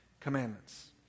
commandments